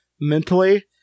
mentally